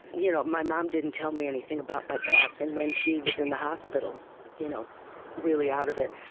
you know my mom didn't tell me anything about my past, and when she was in the hospital you know really out of it,